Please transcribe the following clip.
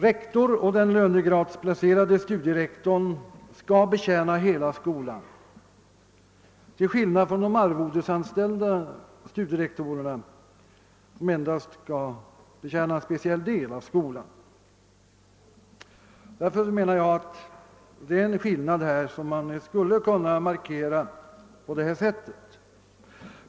Rektor och den lönegradsplacerade studierektorn skall betjäna hela skolan till skillnad från de arvodesanställda studierektorerna, som endast skall betjäna en speciell del av skolan. Det är en skillnad som man skulle kunna markera på detta sätt.